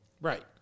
Right